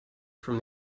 from